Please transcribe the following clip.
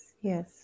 Yes